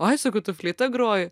ai sako tu fleita groji